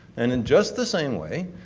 and in just the same way,